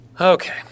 Okay